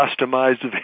customized